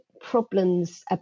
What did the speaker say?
problems